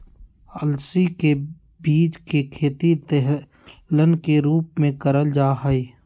अलसी के बीज के खेती तेलहन के रूप मे करल जा हई